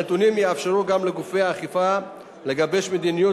הנתונים יאפשרו גם לגופי האכיפה לגבש מדיניות